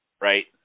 right